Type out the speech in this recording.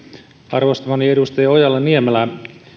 arvostamani edustaja ojala niemelä